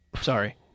Sorry